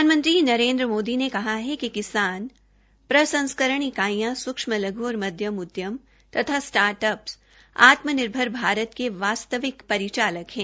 प्रधानमंत्री नरेन्द्र मोदी ने कहा है कि किसान प्रसंस्करण इकाइयां सूक्षम लघ् और मध्यम उद्यम तथा स्टार्टअप्स आत्मनिर्भर भारत के वास्तविक परिचालक है